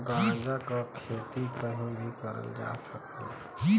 गांजा क खेती कहीं भी करल जा सकला